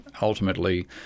ultimately